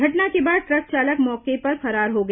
घटना के बाद ट्रक चालक मौके पर फरार हो गया